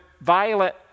violent